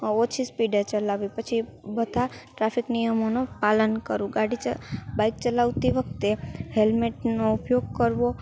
ઓછી સ્પીડે ચલાવવી પછી બધા ટ્રાફિક નિયમોનું પાલન કરવું ગાડી બાઇક ચલાવતી વખતે હેલ્મેટનો ઉપયોગ કરવો